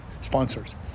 sponsors